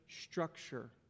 structure